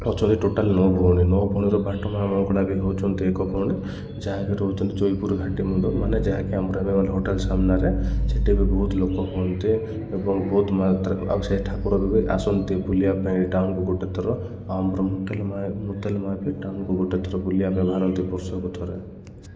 ଅଛନ୍ତି ଟୋଟାଲ ନଅ ଭଉଣୀ ନଅ ଭଉଣୀର ବାଟ ମା ମଙ୍ଗଳା ବି ହଉଛନ୍ତି ଏକ ଭଉଣୀ ଯାହାକି ରହୁଛନ୍ତି ଜୟପୁର ଘାଟି ମୁଣ୍ଡ ମାନେ ଯାହାକି ଆମର ଏ ହୋଟେଲ ସାମ୍ନାରେ ସେଠି ବି ବହୁତ ଲୋକ ହୁଅନ୍ତି ଏବଂ ବହୁତ ମାତ୍ର ଆଉ ସେଠାକୁର ବି ଆସନ୍ତି ବୁଲିବା ପାଇଁ ଟାଉନକୁ ଗୋଟେ ଥର ଆଉ ଆମର ମୂତଲ ମା ପାଇଁ ଟାଉନକୁ ଗୋଟେ ଥର ବୁଲିବା ପାଇଁ ବାହାରନ୍ତି ବର୍ଷକୁ ଥରେ